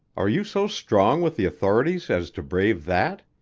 are you so strong with the authorities as to brave that?